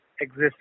exists